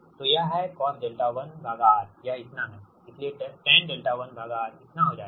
तो यह है cos𝛿1R यह इतना है इसलिए tan𝛿1R इतना हो जाएगा